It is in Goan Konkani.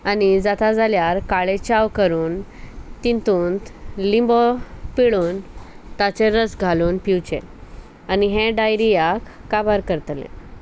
आनी जाता जाल्यार काळे चाव करून तितून लिंबो पिळून ताचे रस घालून पिवचे आनी हे डायरियाक काबार करतले